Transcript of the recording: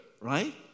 right